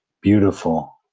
beautiful